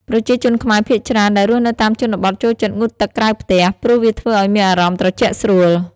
ប្រជាជនខ្មែរភាគច្រើនដែលរស់នៅតាមជនបទចូលចិត្តងូតទឹកក្រៅផ្ទះ ព្រោះវាធ្វើឱ្យមានអារម្មណ៍ត្រជាក់ស្រួល។